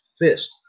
Fist